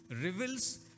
reveals